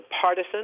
partisan